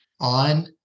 on